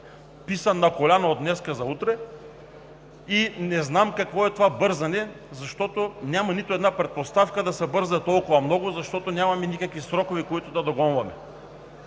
писан на коляно от днес за утре. Не знам какво е това бързане? Няма нито една предпоставка да се бърза толкова много, нямаме никакви срокове, които да догонваме.